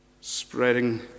spreading